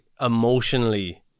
emotionally